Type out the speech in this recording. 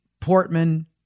Portman